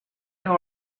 all